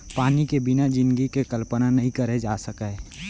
पानी के बिना जिनगी के कल्पना नइ करे जा सकय